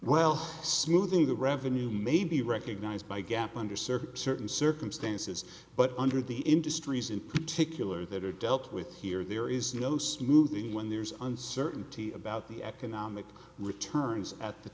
well smoothing the revenue may be recognised by gap under certain circumstances but under the industries in particular that are dealt with here there is no smoothing when there's uncertainty about the economic returns at the